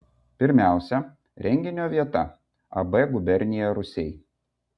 pirmiausia renginio vieta ab gubernija rūsiai